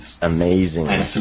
Amazing